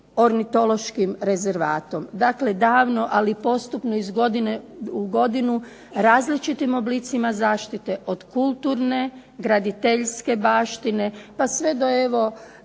ornitološkim rezervatom. Dakle, davno ali postupno iz godine u godinu različitim oblicima zaštite od kulturne, graditeljske baštine pa sve do ovoga